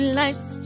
life's